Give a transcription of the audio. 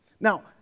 Now